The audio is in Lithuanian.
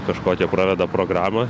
kažkokią praveda programą